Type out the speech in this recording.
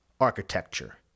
architecture